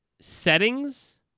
settings